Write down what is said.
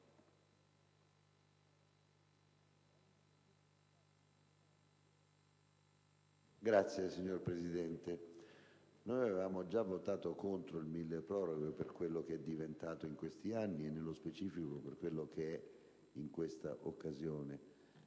*(FLI)*. Signor Presidente, noi avevamo già votato contro il provvedimento milleproroghe per quello che è diventato in questi anni e, nello specifico, per quello che è in questa occasione.